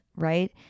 right